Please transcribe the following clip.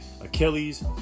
Achilles